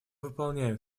выполняем